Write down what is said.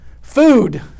Food